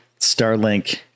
Starlink